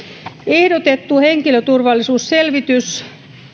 ehdotettu henkilöturvallisuusselvityksen